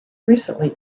recently